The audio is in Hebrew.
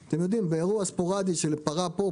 באירוע ספורדי שזה פרה פה,